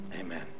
Amen